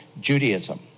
Judaism